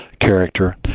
character